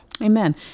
Amen